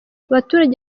abaturage